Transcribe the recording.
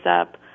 up